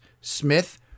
Smith